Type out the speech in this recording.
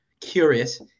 curious